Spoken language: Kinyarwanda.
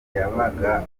yabaga